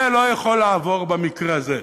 זה לא יכול לעבור, במקרה הזה.